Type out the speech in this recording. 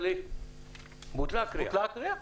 ויכולה להתעדכן בזמן אמת.